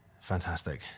fantastic